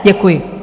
Děkuji.